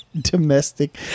Domestic